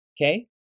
Okay